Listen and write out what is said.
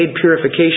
purification